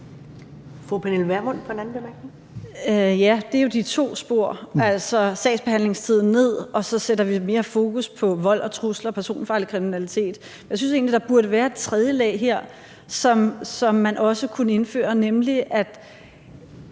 Pernille Vermund (NB): Ja, det er jo de to spor, altså at sagsbehandlingstiden skal ned, og at vi så sætter mere fokus på vold, trusler og personfarlig kriminalitet. Jeg synes egentlig, der burde være et tredje spor, som man også kunne indføre, nemlig det